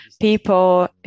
people